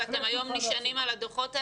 ואתם היום נשענים על הדוחות האלה,